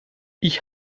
ich